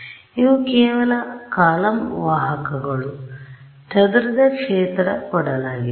ಆದ್ದರಿಂದ ಇವು ಕೇವಲ ಕಾಲಮ್ ವಾಹಕಗಳು ಚದುರಿದ ಕ್ಷೇತ್ರ ಕೊಡಲಾಗಿದೆ